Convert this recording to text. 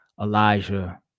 Elijah